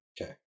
Okay